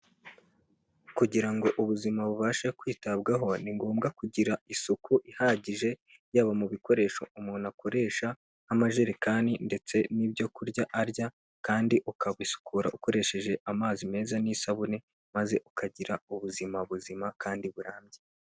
Kugira ngo ubuzima bubashe kwitabwaho, ni ngombwa kugira isuku ihagije yaba mu bikoresho umuntu akoresha nk'amajerekani ndetse n'ibyo kurya arya kandi ukabisukura ukoresheje amazi meza n'isabune maze ukagira ubuzima buzima kandi burambye.